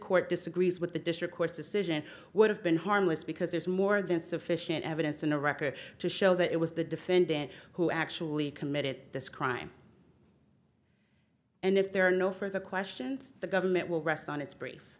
court disagrees with the district court decision would have been harmless because there's more than sufficient evidence in the record to show that it was the defendant who actually committed this crime and if there are no further questions the government will rest on its br